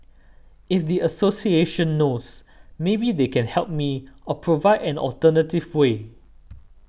if the association knows maybe they can help me or provide an alternative way